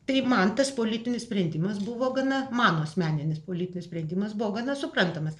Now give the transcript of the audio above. tai man tas politinis sprendimas buvo gana mano asmeninis politinis sprendimas buvo gana suprantamas